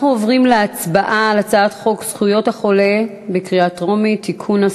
אנחנו עוברים להצבעה בקריאה טרומית על הצעת חוק זכויות החולה (תיקון,